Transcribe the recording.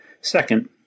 Second